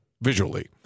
visually